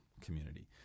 community